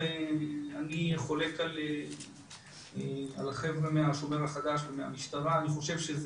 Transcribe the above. כולם מנסים לסייע בנושא של איתור אבל בסוף צריך את